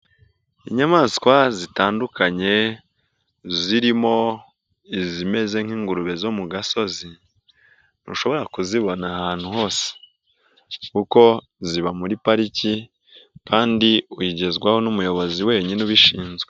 Inyamaswa zitandukanye, zirimo izimeze nk'ingurube zo mu gasozi, ntushobora kuzibona ahantu hose kuko ziba muri pariki kandi uyigezwaho n'umuyobozi wenyine ubishinzwe.